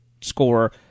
score